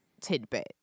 tidbit